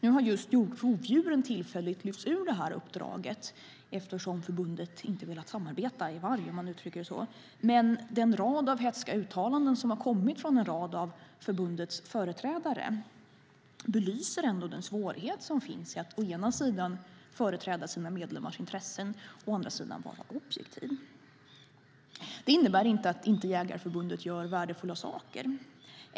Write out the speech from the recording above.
Nu har just rovdjuren tillfälligt lyfts ur detta uppdrag eftersom förbundet inte har velat samarbeta om vargen, om man uttrycker det så. Men de många hätska uttalanden som har kommit från en rad av förbundets företrädare belyser ändå den svårighet som finns i att å ena sidan företräda sina medlemmars intressen, å andra sidan vara objektiv. Det innebär inte att Jägareförbundet inte gör värdefulla saker.